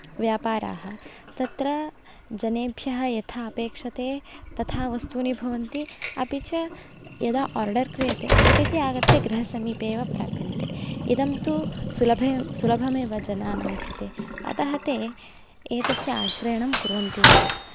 व्यापाराः तत्र जनेभ्यः यथा अपेक्षते तथा वस्तूनि भवन्ति अपि च यदा ओर्डर् क्रियते झटिति आगत्य गृहसमीपे एव प्राप्यन्ते इदं तु सुलभ सुलभमेव जनानां कृते अतः ते एतस्य आश्रयणं कुर्वन्ति एव